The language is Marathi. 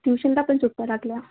ट्युशनला पण सुट्ट्या लागल्या